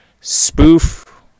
spoof